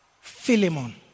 Philemon